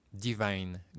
divine